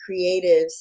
creatives